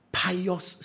pious